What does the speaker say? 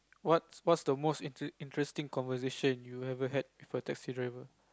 what's what's the most int~ interesting conversation you've ever had with a taxi driver